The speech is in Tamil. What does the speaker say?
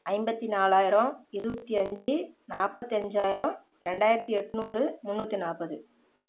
ஐம்பத்தி நாலாயிரம் இருபத்தி அஞ்சு நாற்பத்தஞ்சாயிரோம் ரெண்டாயிரத்தி எட்நூறு முந்நூற்றி நாற்பது